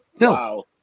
Wow